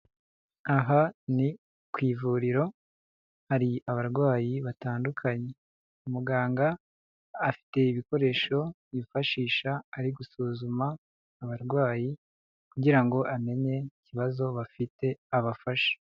Aha ni ku ivuriro hari abarwayi batandukanye, muganga afite ibikoresho yifashisha ari gusuzuma abarwayi kugira ngo amenye ikibazo bafite abafashe.